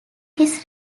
his